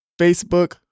Facebook